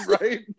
Right